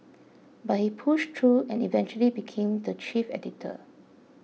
but he pushed through and eventually became the chief editor